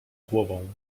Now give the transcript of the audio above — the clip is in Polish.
głową